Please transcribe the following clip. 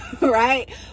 right